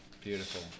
Beautiful